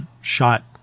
shot –